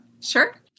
Sure